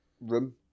room